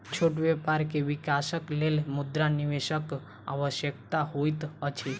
छोट व्यापार के विकासक लेल मुद्रा निवेशकक आवश्यकता होइत अछि